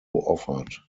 offered